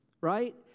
right